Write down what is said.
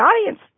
audience